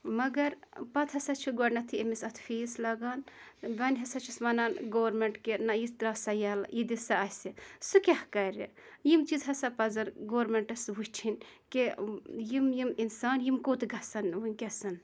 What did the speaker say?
مَگر پَتہٕ ہسا چھُ گۄڈنیٚتھٕے أمِس اَتھ فیٖس لگان گۄڈٕنیٚتھ ہسا چھِس وَنان گورمیٚنٛٹکین نہ یہِ ترٛاو سا یلہٕ یہِ دِ سا اَسہِ سُہ کیٛاہ کرِ یِم چیٖز ہسا پَزن گورمیٚنٛٹَس وُچھِنۍ کہِ یِم یِم اِنسان یِم کوٚت گژھَن ؤنکیٚنس